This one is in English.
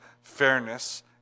fairness